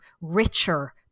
richer